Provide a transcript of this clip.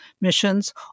missions